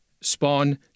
spawn